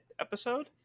episode